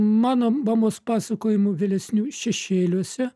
mano mamos pasakojimų vėlesnių šešėliuose